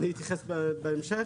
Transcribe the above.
אני אתייחס בהמשך.